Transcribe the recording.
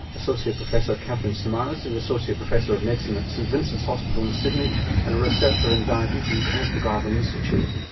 associate professor katherine samaras is associate professor of medicine at st vincent's hospital in sydney and a researcher in diabetes at the garvan institute.